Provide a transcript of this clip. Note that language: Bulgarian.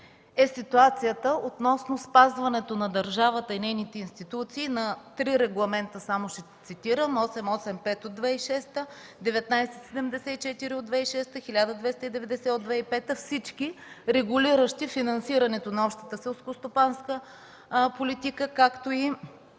е ситуацията относно спазването от държавата и нейните институции на три регламента? Само ще ги цитирам, 885 от 2006 г., 1974 от 2006 г., 1290 от 2005 г. – всички, регулиращи финансирането на общата селскостопанска политика, както и